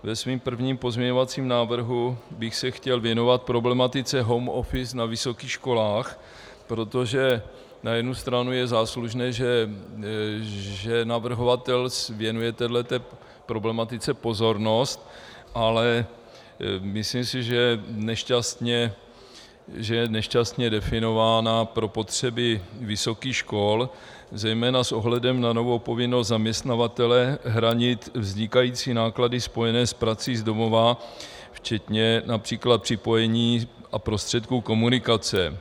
Ve svém prvním pozměňovacím návrhu bych se chtěl věnovat problematice home office na vysokých školách, protože na jednu stranu je záslužné, že navrhovatel věnuje této problematice pozornost, ale myslím si, že je nešťastně definována pro potřeby vysokých škol, zejména s ohledem na novou povinnost zaměstnavatele hradit vznikající náklady spojené s prací z domova, včetně například připojení a prostředků komunikace.